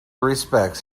respects